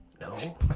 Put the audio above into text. No